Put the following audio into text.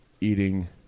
eating